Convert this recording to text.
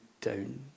down